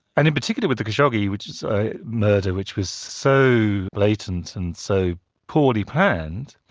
and in particular with the khashoggi which was a murder which was so blatant and so poorly planned,